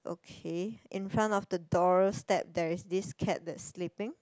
okay in front of the doorstep there is this cat that sleeping